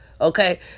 Okay